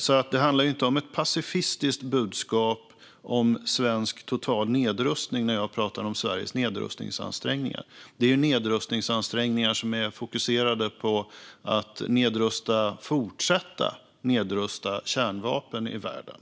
Det handlar alltså inte om ett pacifistiskt budskap om svensk total nedrustning när jag talar om Sveriges nedrustningsansträngningar. Dessa nedrustningsansträngningar är fokuserade på att fortsätta att nedrusta kärnvapen i världen.